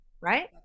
right